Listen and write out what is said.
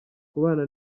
kubana